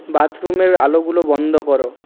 বাথরুমের আলোগুলো বন্ধ করো